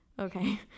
Okay